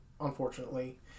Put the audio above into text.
Unfortunately